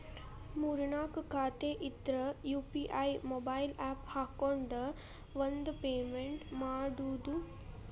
ಮೂರ್ ನಾಕ್ ಖಾತೆ ಇದ್ರ ಯು.ಪಿ.ಐ ಮೊಬೈಲ್ ಆಪ್ ಹಾಕೊಂಡ್ ಒಂದ ಪೇಮೆಂಟ್ ಮಾಡುದು